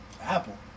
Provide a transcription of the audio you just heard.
Apple